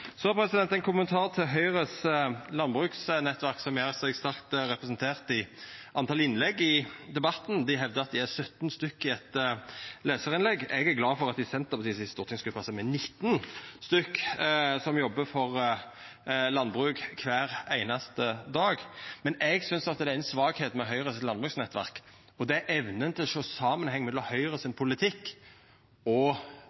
Så ein kommentar til Høgre sitt landbruksnettverk, som gjer seg sterkt representert i talet på innlegg i debatten. Dei hevdar i eit lesarinnlegg at dei er 17 personar. Eg er glad for at me i Senterpartiets stortingsgruppe er 19 personar som jobbar for landbruk kvar einaste dag. Men eg synest det er éin svakheit med landbruksnettverket til Høgre, og det er evna til å sjå samanhengen mellom Høgre sin politikk og